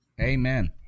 Amen